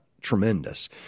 tremendous